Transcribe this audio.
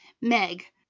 Meg